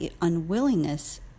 unwillingness